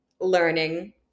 learning